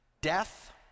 death